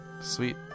Sweet